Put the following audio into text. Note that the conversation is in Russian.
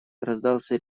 раздался